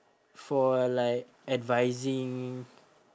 for like advising